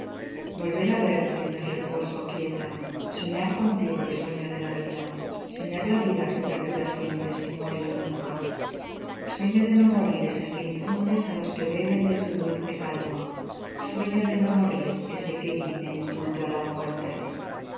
volver á verte en el reposo quieta soñar contigo el sueño de la vida soñar la vida que perdura siempre sinmorir nunca sueño de no morir es el que infundes á los que beben de tu dulce calma sueño de no morir ese que dicen culto á la muerte